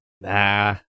Nah